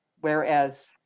Whereas